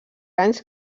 anys